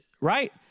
Right